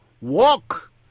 Walk